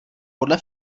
podle